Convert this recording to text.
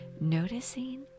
noticing